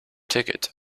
ticket